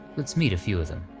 let's meet a few of them.